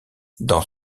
dans